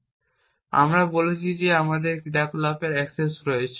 এখন আমরা বলছি যে আমাদের ক্রিয়াকলাপের অ্যাক্সেস রয়েছে